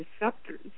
receptors